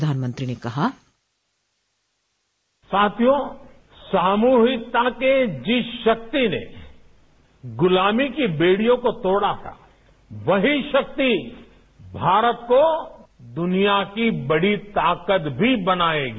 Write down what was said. प्रधानमंत्री ने कहा साथियों सामूहिकता की जिस शक्ति ने गुलामी की बेडियों को तोड़ा था वहीं शक्ति भारत को दुनिया की बड़ी ताकत भी बनायेगी